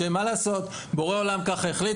שמה לעשות בורא עולם ככה החליט,